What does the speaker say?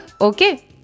okay